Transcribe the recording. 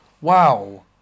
wow